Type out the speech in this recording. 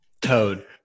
toad